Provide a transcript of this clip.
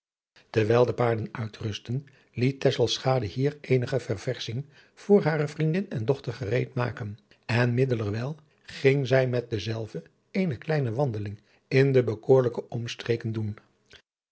terwijl de paarden uitrustten liet tesselschade hier eenige verversching voor hare vriendin en dochter gereed maken en middelerwijl ging zij met dezelve eene kleine wandeling in de bekoorlijke ommestreken doen